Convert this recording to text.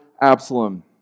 Absalom